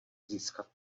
získat